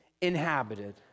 inhabited